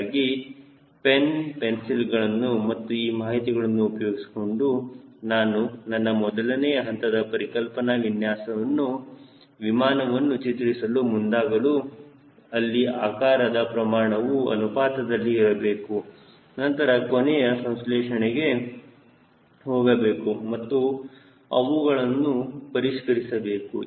ಹೀಗಾಗಿ ಪೆನ್ ಪೆನ್ಸಿಲ್ಗಳನ್ನು ಮತ್ತು ಈ ಮಾಹಿತಿಗಳನ್ನು ಉಪಯೋಗಿಸಿಕೊಂಡು ನಾನು ನನ್ನ ಮೊದಲನೇ ಹಂತದ ಪರಿಕಲ್ಪನಾ ವಿಮಾನವನ್ನು ಚಿತ್ರಿಸಲು ಮುಂದಾಗಬೇಕು ಅಲ್ಲಿ ಆಕಾರದ ಪ್ರಮಾಣವು ಅನುಪಾತದಲ್ಲಿ ಇರಬೇಕು ನಂತರ ಕೊನೆಯ ಸಂಸ್ಲೇಷಣೆ ಗೆ ಹೋಗಬಹುದು ಮತ್ತು ಅವುಗಳನ್ನು ಪರಿಷ್ಕರಿಸಬಹುದು